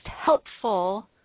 helpful